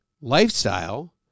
lifestyle